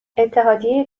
اتحادیه